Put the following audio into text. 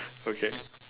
okay